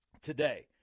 today